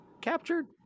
captured